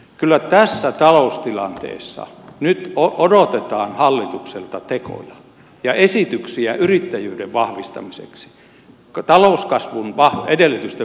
kyllä tässä taloustilanteessa nyt odotetaan hallitukselta tekoja ja esityksiä yrittäjyyden vahvistamiseksi talouskasvun edellytysten vahvistamiseksi